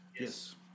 Yes